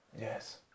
Yes